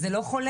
זה לא חולף,